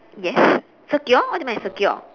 yes secure what do you mean by secure